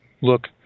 Look